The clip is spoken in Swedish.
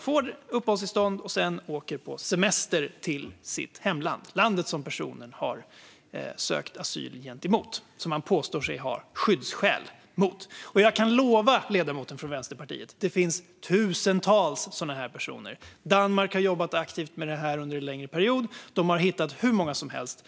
får uppehållstillstånd och sedan åker på semester till sitt hemland - det land som personen har sökt asyl gentemot och påstår sig ha skyddsskäl i förhållande till. Jag kan lova ledamoten från Vänsterpartiet att det finns tusentals sådana personer. Danmark har jobbat aktivt med detta under en längre period. Där har man hittat hur många som helst.